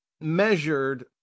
measured